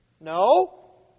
No